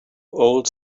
old